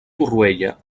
torroella